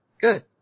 good